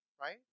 right